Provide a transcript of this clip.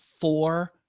four